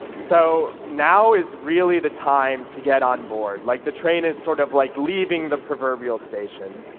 so now is really the time to get on board, like the train is sort of like leaving the proverbial station,